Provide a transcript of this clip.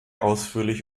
ausführlich